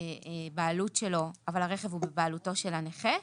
בעלות שלו אבל הרכב בבעלותו של הנכה.